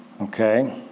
Okay